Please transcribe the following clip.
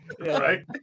Right